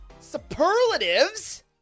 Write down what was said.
superlatives